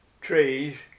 trees